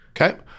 Okay